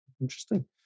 interesting